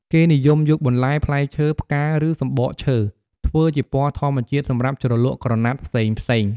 គេនិយមយក បន្លែ ផ្លែឈើ ផ្កា ឬសំបកឈើ ធ្វើជាពណ៌ធម្មជាតិសម្រាប់ជ្រលក់ក្រណាត់ផ្សេងៗ។